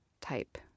type